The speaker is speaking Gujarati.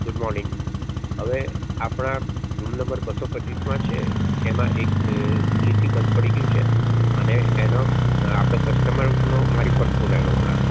ગુડ મોર્નિંગ અવે આપના રૂમ નંબર બસો પચ્ચીસમાં છે એમાં એક એસી બલ્બ પડી ગ્યું છે અને એનો અને આપનો કસ્ટમરનો મારી પર ફોન આવ્યો હમણાં